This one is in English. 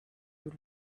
you